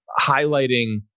highlighting